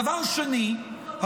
דבר שני,